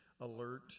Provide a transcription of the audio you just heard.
alert